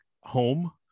home